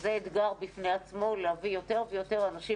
שזה אתגר בפני עצמו להביא יותר ויותר אנשים